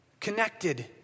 connected